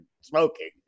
smoking